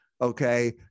okay